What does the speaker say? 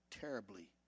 Terribly